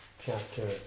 chapter